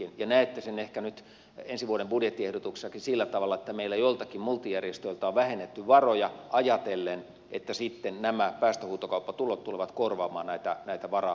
näette sen ehkä nyt ensi vuoden budjettiehdotuksessakin sillä tavalla että meillä joiltakin multijärjestöiltä on vähennetty varoja ajatellen että sitten nämä päästöhuutokauppatulot tulevat korvaamaan näitä varojen pienennyksiä